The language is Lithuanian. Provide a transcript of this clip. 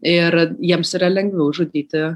ir jiems yra lengviau žudyti